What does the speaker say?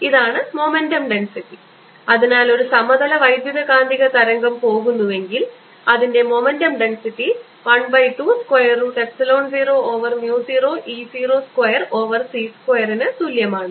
ഇതാണ് momentum density അതിനാൽ ഒരു സമതല വൈദ്യുതകാന്തിക തരംഗം പോകുന്നുവെങ്കിൽ അതിൻറെ momentum density 1 by 2 square root epsilon 0 over mu 0 E 0 square over c സ്ക്വയറിന് തുല്യമാണ്